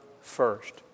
first